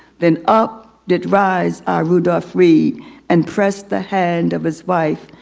then up did rise our rudolph reed and pressed the hand of his wife,